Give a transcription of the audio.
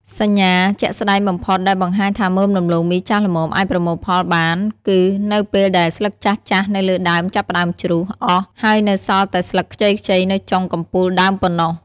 សញ្ញាជាក់ស្តែងបំផុតដែលបង្ហាញថាមើមដំឡូងមីចាស់ល្មមអាចប្រមូលផលបានគឺនៅពេលដែលស្លឹកចាស់ៗនៅលើដើមចាប់ផ្ដើមជ្រុះអស់ ហើយនៅសល់តែស្លឹកខ្ចីៗនៅចុងកំពូលដើមប៉ុណ្ណោះ។